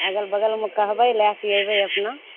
अगर बगलमे कहबै लैके अयबै अपना